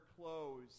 clothes